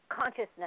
consciousness